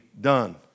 done